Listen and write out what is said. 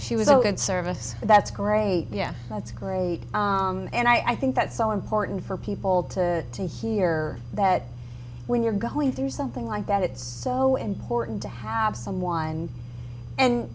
she was a good service that's great yeah that's great and i think that's so important for people to to hear that when you're going through something like that it's so important to have someone and